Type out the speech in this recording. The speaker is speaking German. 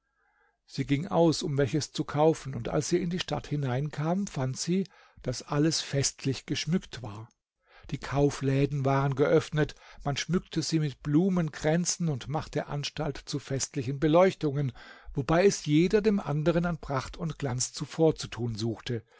sie ging aus um welches zu kaufen und als sie in die stadt hineinkam fand sie daß alles festlich geschmückt war die kaufläden waren geöffnet man schmückte sie mit blumenkränzen und machte anstalt zu festlichen beleuchtungen wobei es jeder dem anderen an pracht und glanz zuvorzutun suchte